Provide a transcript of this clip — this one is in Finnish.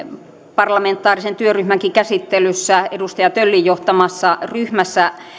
parlamentaarisen työryhmänkin edustaja töllin johtaman